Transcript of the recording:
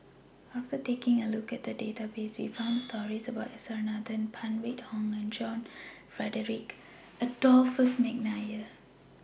after taking A Look At The Database We found stories about S R Nathan Phan Wait Hong and John Frederick Adolphus Mcnair